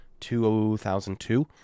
2002